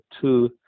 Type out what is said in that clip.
two